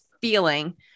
feeling